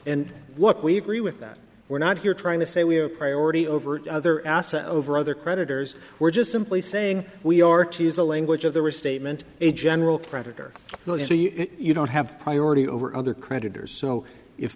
and what we've read with that we're not here trying to say we have priority over other assets over other creditors we're just simply saying we are to use the language of the restatement a general creditor you don't have priority over other creditors so if